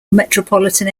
metropolitan